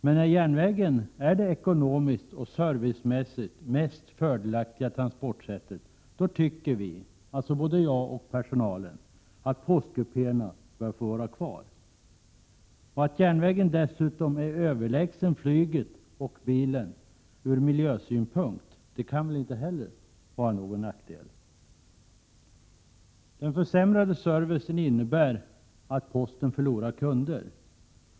Men när järnvägen är det ekonomiskt och servicemässigt mest fördelaktiga transportsättet, tycker vi — både jag och personalen — att postkupéerna bör få vara kvar. Att järnvägen dessutom är överlägsen flyget och bilen från miljösynpunkt kan väl inte heller vara en nackdel. Den försämrade servicen innebär att posten förlorar kunder.